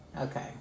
Okay